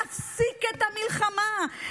להפסיק את המלחמה,